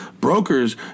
Brokers